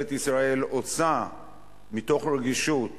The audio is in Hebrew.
וממשלת ישראל עושה מתוך רגישות